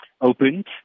opened